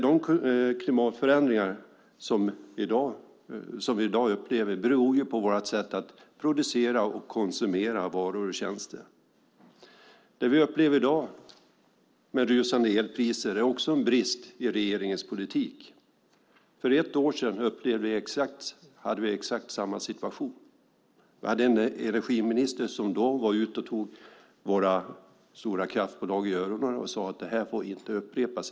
De klimatförändringar som vi i dag upplever beror på vårt sätt att producera och konsumera varor och tjänster. De rusande elpriser som vi drabbas av beror på brister i regeringens politik. För ett år sedan hade vi en exakt likadan situation. Då tog energiministern våra stora kraftbolag i örat och sade att detta inte fick upprepas.